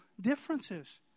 differences